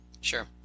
Sure